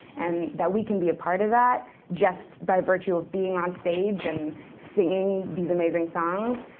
and that we can be a part of that just by virtue of being on stage and singing these amazing songs,